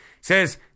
says